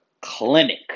clinic